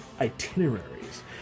itineraries